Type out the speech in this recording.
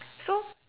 so